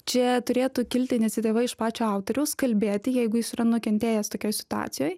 čia turėtų kilti iniciatyva iš pačio autoriaus kalbėti jeigu jis yra nukentėjęs tokioj situacijoj